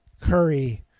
Curry